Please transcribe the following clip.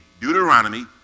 deuteronomy